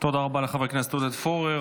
תודה רבה לחבר הכנסת עודד פורר.